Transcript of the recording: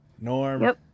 norm